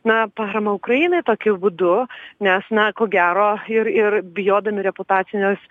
na paramą ukrainai tokiu būdu nes na ko gero ir ir bijodami reputacinės